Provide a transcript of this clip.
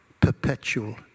perpetual